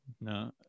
No